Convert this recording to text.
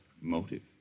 motive